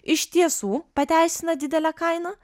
iš tiesų pateisina didelę kainą